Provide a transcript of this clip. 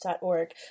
org